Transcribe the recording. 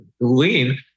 lean